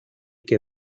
que